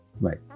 Right